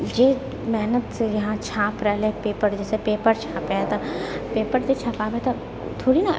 जे मेहनतसँ यहाँ छापि रहलै पेपर जइसे पेपर छापै हइ तऽ पेपर तऽ छपाबै तऽ थोड़ी ने